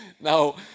Now